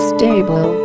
Stable